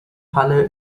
falle